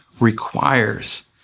requires